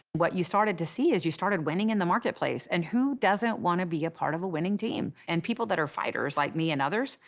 what you started to see is you started winning in the marketplace. and who doesn't want to be a part of a winning team? and people that are fighters like me and others,